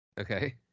Okay